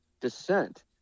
dissent